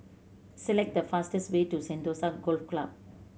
select the fastest way to Sentosa Golf Club